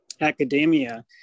academia